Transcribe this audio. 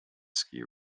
ski